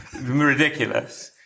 Ridiculous